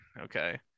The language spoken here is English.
Okay